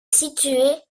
situé